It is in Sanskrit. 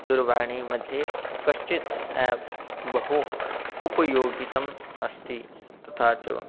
दुरवाणीमध्ये कश्चित् आप् बहु उपयोगितम् अस्ति तथा च